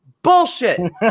Bullshit